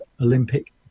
Olympic